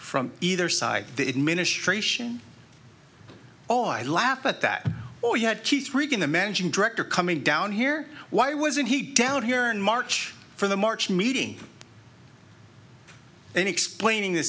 from either side the administration oh i laugh at that oh you had kids reading the managing director coming down here why wasn't he down here in march for the march meeting and explaining the